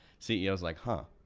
ceo's like, huh,